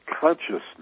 consciousness